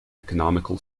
economical